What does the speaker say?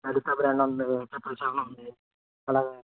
Lalitha brand ఉంది అలాగే